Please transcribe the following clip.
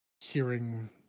hearing